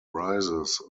rises